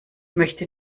möchte